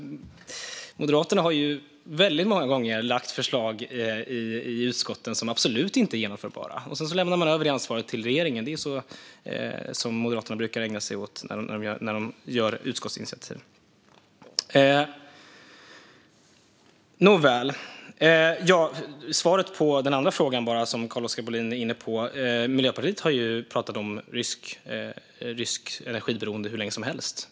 Moderaterna har ju väldigt många gånger lagt fram förslag i utskotten som absolut inte är genomförbara. Sedan har man lämnat över ansvaret till regeringen; det är sådant som Moderaterna brukar ägna sig åt när man tar utskottsinitiativ. Jag ska svara på den andra frågan som Carl-Oskar Bohlin var inne på. Miljöpartiet har ju pratat om beroende av rysk energi hur länge som helst.